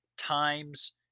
Times